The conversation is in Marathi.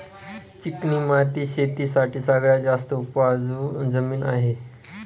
चिकणी माती शेती साठी सगळ्यात जास्त उपजाऊ जमीन आहे